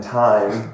time